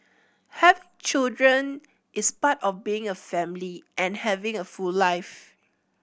having children is part of being a family and having a full life